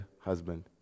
husband